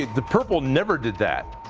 the purple never did that.